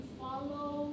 follow